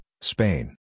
Spain